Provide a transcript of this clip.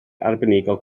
arbenigol